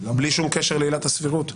בלי שום קשר לעילת הסבירות.